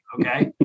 Okay